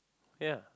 ya